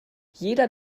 jeder